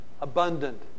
abundant